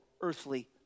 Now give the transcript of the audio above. earthly